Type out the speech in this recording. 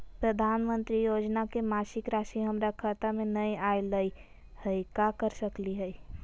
प्रधानमंत्री योजना के मासिक रासि हमरा खाता में नई आइलई हई, का कर सकली हई?